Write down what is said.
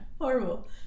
Horrible